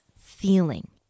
feeling